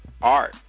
art